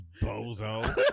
bozo